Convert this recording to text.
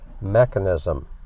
mechanism